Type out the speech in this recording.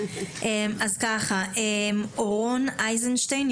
אורון אייזנשטיין,